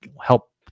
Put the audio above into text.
help